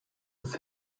des